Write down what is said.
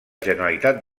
generalitat